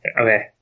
Okay